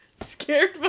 Scared